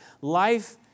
Life